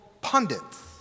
pundits